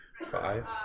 Five